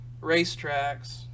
racetracks